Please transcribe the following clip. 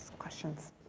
questions?